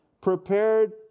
prepared